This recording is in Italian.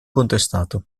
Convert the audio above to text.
contestato